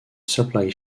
supply